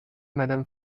madame